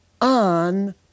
on